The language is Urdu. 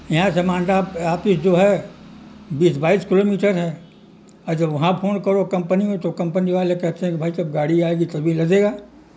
یہاں سے مانڈا آپس جو ہے بیس بائیس کلو میٹر ہے اچھا وہاں پھون کرو کمپنی میں تو کمپنی والے کہتے ہیں بھائی جب گاڑی آئے گی تبھی لدے گا